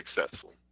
successful